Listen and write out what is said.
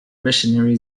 missionary